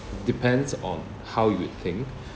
depends on how you'd think